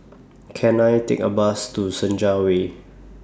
Can I Take A Bus to Senja Way